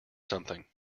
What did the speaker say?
something